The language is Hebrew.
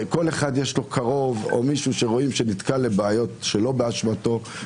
לכל אחד יש קרוב או שהוא נתקע בבעיות שלא באשמתו.